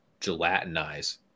gelatinize